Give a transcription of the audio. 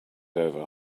over